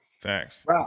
Thanks